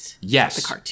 Yes